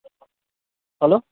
hello